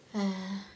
!aiya!